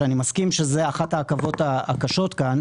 שאני מסכים שזו אחת העכבות הקשות כאן.